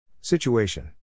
Situation